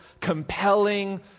compelling